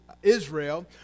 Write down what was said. Israel